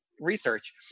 Research